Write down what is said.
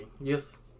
Yes